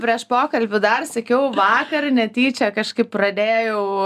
prieš pokalbį dar sakiau vakar netyčia kažkaip pradėjau